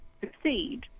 succeed